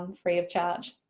um free of charge.